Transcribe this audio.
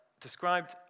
described